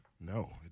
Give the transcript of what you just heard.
No